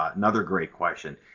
ah another great question.